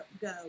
go